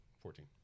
fourteen